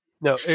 No